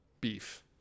beef